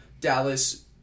Dallas